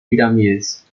pirámides